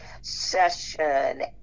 session